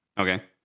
Okay